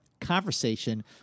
conversation